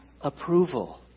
approval